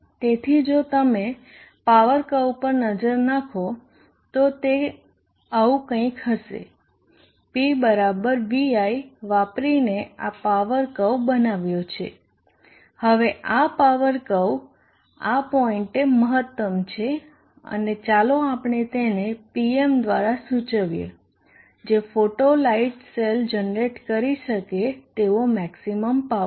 તેથી જો તમે પાવર કર્વ પર નજર નાખો તો તે આવું કંઈક હશે P બરાબર v i વાપરીને આ પાવર કર્વ બનાવ્યો છે હવે આ પાવર કર્વ આ પોઇન્ટે મહત્તમ છે અને ચાલો આપણે તેને Pm દ્વારા સૂચવીએ જે ફોટો લાઇટ સેલ જનરેટ કરી શકે તેવો મેક્ષીમમ પાવર